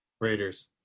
Raiders